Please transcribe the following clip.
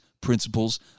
principles